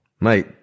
Mate